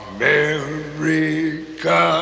America